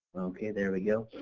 okay there we go.